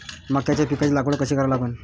मक्याच्या पिकाची लागवड कशी करा लागन?